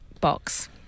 box